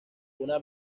una